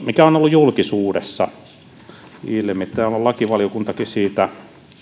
mikä on ollut julkisuudessa täällä on lakivaliokuntakin siitä